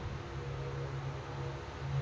ಸ್ಥಿರ ಠೇವಣಿಗೆ ಅಲ್ಪಾವಧಿ ಸೂಕ್ತ ಏನ್ರಿ?